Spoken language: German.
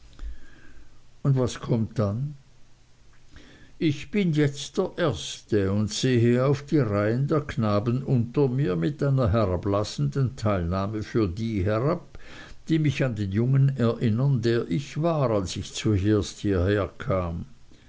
und was kommt dann ich bin jetzt der erste und sehe auf die reihe der knaben unter mir mit einer herablassenden teilnahme für die herab die mich an den jungen erinnern der ich war als ich zuerst hierherkam